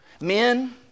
men